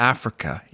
Africa